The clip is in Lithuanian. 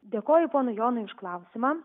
dėkoju ponui jonui už klausimą